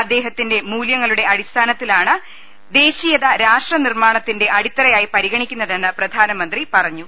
അദ്ദേഹത്തിന്റെ മൂല്യങ്ങളുടെ അടിസ്ഥാനത്തി ലാണ് ദേശീയത രാഷ്ട്ര നിർമ്മാണത്തിന്റെ അടിത്തറയായി പരി ഗണിക്കുന്നതെന്ന് പ്രധാനമന്ത്രി പറഞ്ഞു